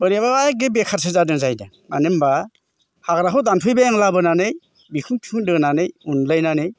बोरैबाबा एगे बेखारसो जादों जाहैदों मानो होमबा हाग्राखौ दानफैबाय आं लाबोनानै बिखुं थिखुं दोनानै उनलायनानै